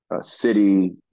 city